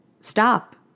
stop